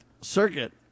Circuit